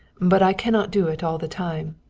but i cannot do it all the time.